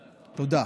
תודה.